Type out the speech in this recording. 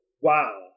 Wow